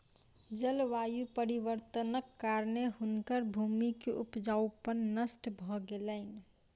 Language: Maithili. जलवायु परिवर्तनक कारणेँ हुनकर भूमि के उपजाऊपन नष्ट भ गेलैन